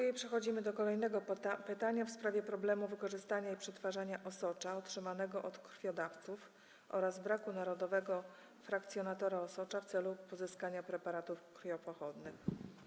I przechodzimy do kolejnego pytania w sprawie problemu wykorzystania i przetwarzania osocza otrzymanego od krwiodawców oraz braku narodowego frakcjonatora osocza w celu pozyskania preparatów krwiopochodnych.